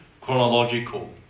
chronological